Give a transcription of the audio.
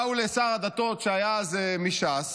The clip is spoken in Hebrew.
באו לשר הדתות שהיה אז מש"ס